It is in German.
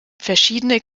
verschiedene